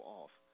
off